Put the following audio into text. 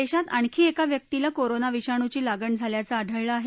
देशात आणखी एका व्यक्तीला कोरोना विषाणूची लागण झाल्याचे आढळले आहे